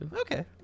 Okay